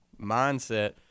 mindset –